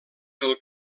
del